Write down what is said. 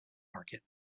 market